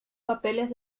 papeles